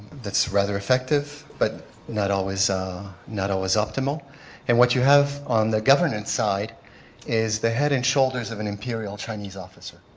that is rather effective but not always not always optimal and what you have on the governments side is the head and shoulders of an imperial chinese officer.